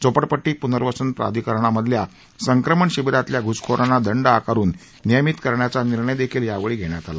झोपडपट्टी पुनर्वसन प्राधिकरणामधल्या संक्रमण शिबिरातल्या घुसखोरांना दंड आकारुन नियमित करण्याचा निर्णयदेखील यावेळी घेण्यात आला